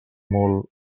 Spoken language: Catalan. molt